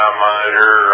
monitor